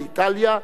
באיטליה,